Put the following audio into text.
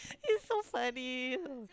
it's so funny